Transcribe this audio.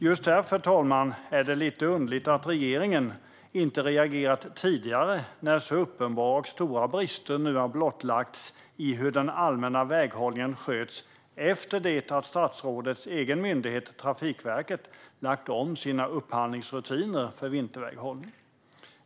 Just därför, fru talman, är det lite underligt att regeringen inte har reagerat tidigare när så uppenbara och stora brister har blottlagts i hur den allmänna väghållningen sköts efter det att statsrådets egen myndighet Trafikverket lagt om sina upphandlingsrutiner för vinterväghållning.